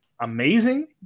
amazing